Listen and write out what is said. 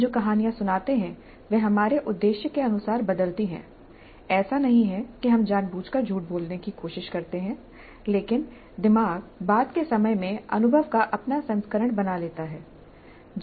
हम जो कहानियां सुनाते हैं वे हमारे उद्देश्य के अनुसार बदलती हैं ऐसा नहीं है कि हम जानबूझकर झूठ बोलने की कोशिश करते हैं लेकिन दिमाग बाद के समय में अनुभव का अपना संस्करण बना लेता है